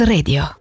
Radio